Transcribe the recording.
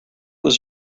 was